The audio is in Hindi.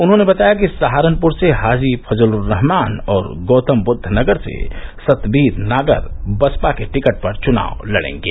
उन्होंने बताया कि सहारनपुर से हाजी फजर्लुरहमान और गौतमबुद्दनगर से सतबीर नागर बसपा के टिकट पर चुनाव लड़ेंगे